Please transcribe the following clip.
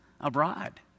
abroad